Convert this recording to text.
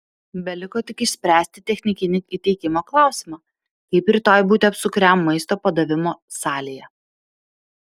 beliko tik išspręsti technikinį įteikimo klausimą kaip rytoj būti apsukriam maisto padavimo salėje